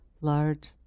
large